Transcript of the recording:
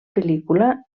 pel·lícula